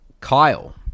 kyle